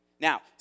Now